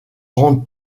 grande